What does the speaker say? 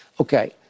okay